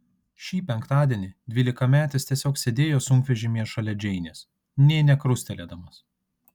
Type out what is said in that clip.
šį penktadienį dvylikametis tiesiog sėdėjo sunkvežimyje šalia džeinės nė nekrustelėdamas